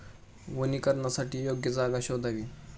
वनीकरणासाठी योग्य जागा शोधावी